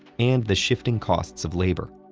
and the shifting costs of labor.